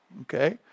Okay